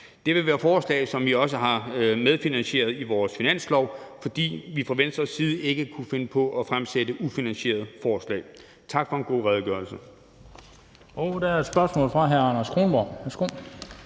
Det vil være forslag, som vi også har medfinansieret i vores finanslovsforslag, fordi vi fra Venstres side ikke kunne finde på at fremsætte ufinansierede forslag. Tak for en god redegørelse.